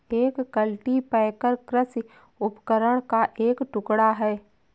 एक कल्टीपैकर कृषि उपकरण का एक टुकड़ा है